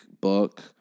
book